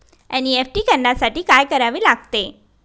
NEFT करण्यासाठी काय करावे लागते?